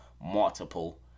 Multiple